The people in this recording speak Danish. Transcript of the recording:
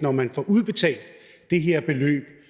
når man får udbetalt det her beløb,